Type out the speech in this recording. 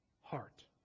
heart